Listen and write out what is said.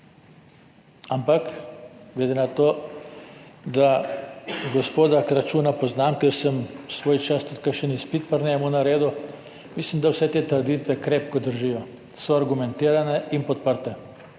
Ampak glede na to, da gospoda Kračuna poznam, ker sem svojčas tudi kakšen izpit pri njem naredil, mislim, da vse te trditve krepko držijo, so argumentirane in podprte.